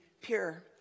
pure